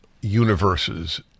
universes